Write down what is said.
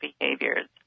behaviors